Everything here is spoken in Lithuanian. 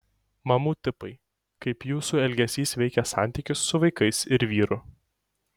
mamų tipai kaip jūsų elgesys veikia santykius su vaikais ir vyru